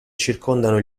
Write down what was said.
circondano